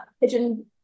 pigeon